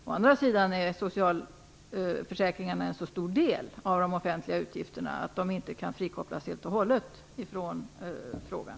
Å andra sidan utgör socialförsäkringarna en så stor del av de offentliga utgifterna att de inte kan frikopplas helt och hållet från frågan.